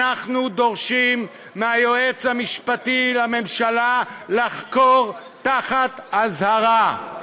אנחנו דורשים מהיועץ המשפטי לממשלה לחקור תחת אזהרה.